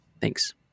Thanks